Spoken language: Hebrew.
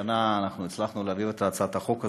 שנה הצלחנו להעביר את הצעת החוק הזאת.